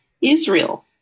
israel